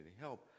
help